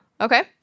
Okay